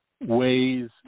ways